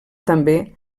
també